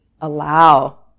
allow